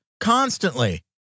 constantly